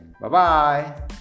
Bye-bye